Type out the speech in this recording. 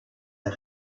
der